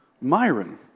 Myron